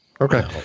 Okay